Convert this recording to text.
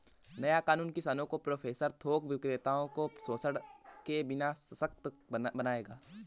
नया कानून किसानों को प्रोसेसर थोक विक्रेताओं को शोषण के बिना सशक्त बनाएगा